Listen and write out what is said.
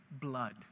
blood